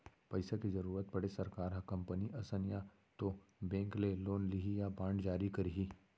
पइसा के जरुरत पड़े सरकार ह कंपनी असन या तो बेंक ले लोन लिही या बांड जारी करही